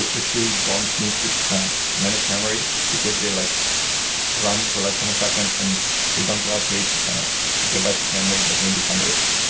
which really you don't need to manage memory, because they like run for less than a second and they don't allocate gigabytes of memory, but maybe hundreds.